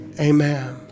Amen